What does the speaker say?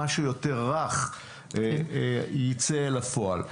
תצא לפועל.